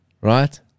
right